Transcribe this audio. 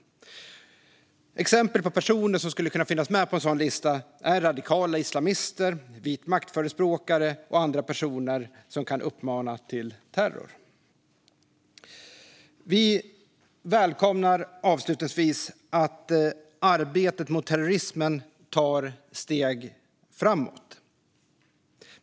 På en sådan lista ska exempelvis radikala islamister, vitmaktförespråkare och andra personer som kan uppmana till terror finnas med. Avslutningsvis välkomnar vi att arbetet mot terrorism tar steg framåt.